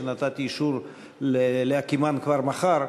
שנתתי אישור להקימן כבר מחר,